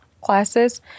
classes